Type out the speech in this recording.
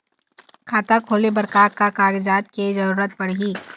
खाता खोले बर का का कागजात के जरूरत पड़ही?